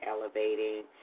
elevating